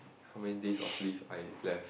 how many days of leave I left